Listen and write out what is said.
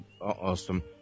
Awesome